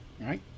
right